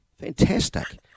Fantastic